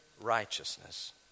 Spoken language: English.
righteousness